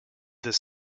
this